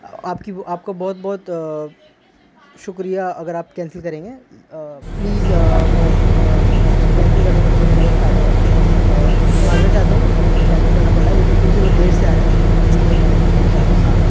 آپ کی آپ کا بہت بہت شکریہ اگر آپ کینسل کریں گے پلیز اور اس کو کینسل کر دیں گے تو میرے لیے بہت فائدہ ہوگا اور معذرت چاہتا ہوں کہ میرے کو کینسل کرنا پڑ رہا ہے لیکن کیونکہ وہ دیر سے آ رہا ہے اس لیے میں کینسل کرنا چاہ رہا ہوں